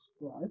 right